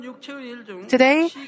today